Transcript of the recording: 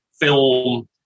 film